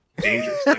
dangerous